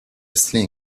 sling